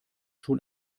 schon